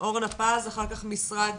אורנה פז, אח"כ משרד